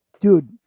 Dude